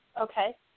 Okay